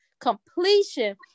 completion